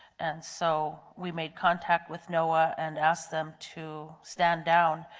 and so we made contact with noaa and asked them to stand down,